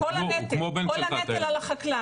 כל הנטל הוא על החקלאי.